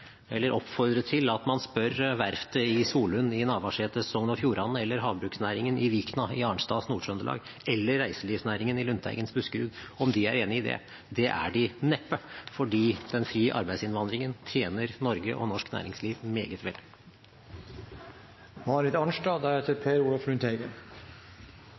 oppfordre til at man spør verftet i Solund i Navarsetes Sogn og Fjordane, havbruksnæringen i Vikna i Arnstads Nord-Trøndelag eller reiselivsnæringen i Lundteigens Buskerud om de er enig i det. Det er de neppe, fordi fri arbeidsinnvandring tjener Norge og norsk næringsliv meget